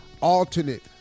alternate